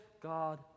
God